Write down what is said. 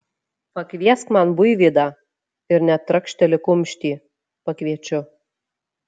pakviesk man buivydą ir net trakšteli kumštį pakviečiu